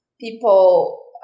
people